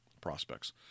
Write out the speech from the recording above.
prospects